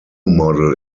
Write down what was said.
model